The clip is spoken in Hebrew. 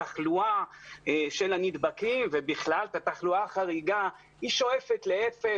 התחלואה של הנדבקים ובכלל את התחלואה החריגה היא שואפת לאפס